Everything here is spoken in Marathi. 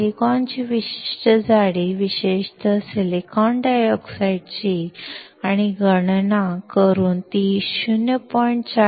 सिलिकॉनची विशिष्ट जाडी विशेषत सिलिकॉन डायऑक्साइडची आणि गणना करून ती ०